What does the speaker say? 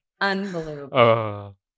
Unbelievable